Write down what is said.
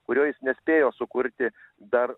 kurio jis nespėjo sukurti dar